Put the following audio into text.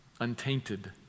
Untainted